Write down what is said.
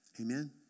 Amen